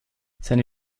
seine